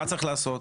מה צריך לעשות?